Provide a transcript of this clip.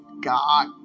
God